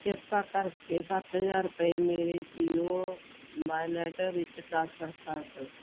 ਕਿਰਪਾ ਕਰਕੇ ਸੱਤ ਹਜ਼ਾਰ ਰੁਪਏ ਮੇਰੇ ਜੀਓ ਵਾਲੇਟ ਵਿੱਚ ਟ੍ਰਾਂਸਫਰ ਕਰ ਦਿਓ